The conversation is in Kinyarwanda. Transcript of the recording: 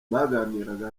baganiraga